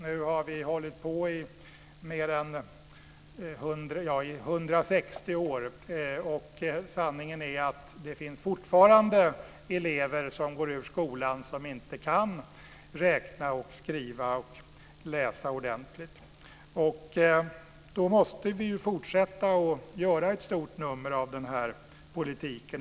Nu har vi hållit på i 160 år, och sanningen är att det fortfarande finns elever som går ut skolan och som inte kan räkna, skriva och läsa ordentligt. Därför måste vi fortsätta att göra ett stort nummer av denna politik.